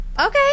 okay